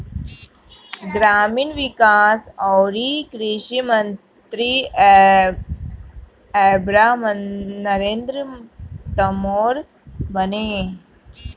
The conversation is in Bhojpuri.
ग्रामीण विकास अउरी कृषि मंत्री एबेरा नरेंद्र तोमर बाने